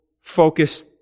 focus